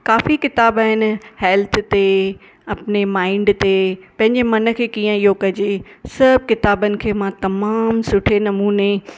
काफ़ी क़िताबु आहिनि हेल्थ ते अपने माइंड ते पंहिंजे मन खे कीअं इयो कजे सभु क़िताबनि खे मां तमामु सुठे नमूने